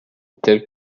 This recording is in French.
telle